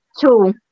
two